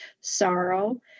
sorrow